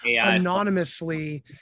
anonymously